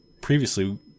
previously